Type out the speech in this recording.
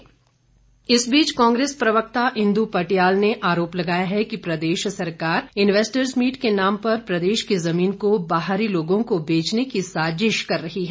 Kullu Congress इस बीच कांग्रेस प्रवक्ता इंद् पटियाल ने आरोप लगाया है कि प्रदेश सरकार इन्वेस्टर्स मीट के नाम पर प्रदेश की जमीन को बाहरी लोगों को बेचने की साजिश कर रही है